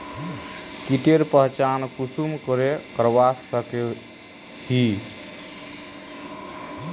कीटेर पहचान कुंसम करे करवा सको ही?